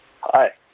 Hi